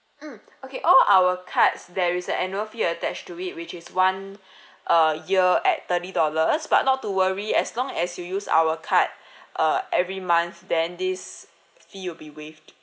mm okay all our cards there is a annual fee attached to it which is one uh year at thirty dollars but not to worry as long as you use our card uh every month then this fee will be waived